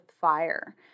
fire